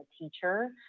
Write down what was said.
teacher